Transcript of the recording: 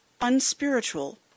unspiritual